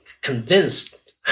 convinced